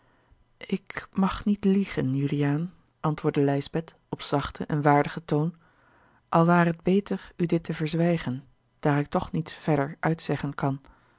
ik mag niet liegen juliaan antwoordde lijsbeth op zachten en waardigen toon al ware t beter u dit te verzwijgen daar ik toch niets verder uitzeggen kan